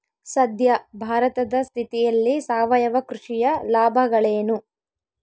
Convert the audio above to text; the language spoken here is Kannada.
ಸದ್ಯ ಭಾರತದ ಸ್ಥಿತಿಯಲ್ಲಿ ಸಾವಯವ ಕೃಷಿಯ ಲಾಭಗಳೇನು?